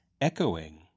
echoing